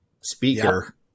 speaker